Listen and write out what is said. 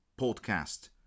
podcast